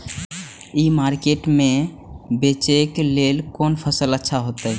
ई market में बेचेक लेल कोन फसल अच्छा होयत?